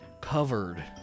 covered